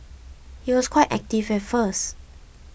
he was quite active at first